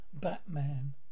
Batman